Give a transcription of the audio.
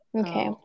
Okay